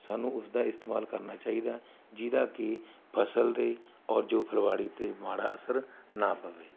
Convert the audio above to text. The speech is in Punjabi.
ਸਾਨੂੰ ਉਸ ਦਾ ਇਸਤੇਮਾਲ ਕਰਨਾ ਚਾਹੀਦਾ ਜਿਹਦਾ ਕਿ ਫਸਲ ਦੇ ਔਰ ਜੋ ਫੁਲਵਾੜੀ 'ਤੇ ਮਾੜਾ ਅਸਰ ਨਾ ਪਵੇ